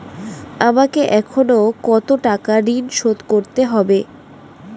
আমাকে এখনো কত টাকা ঋণ শোধ করতে হবে?